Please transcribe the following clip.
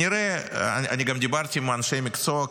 גם דיברתי עם אנשי מקצוע.